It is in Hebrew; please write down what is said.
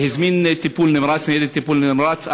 הוא הזמין ניידת טיפול נמרץ,